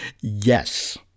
Yes